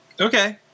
Okay